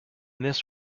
this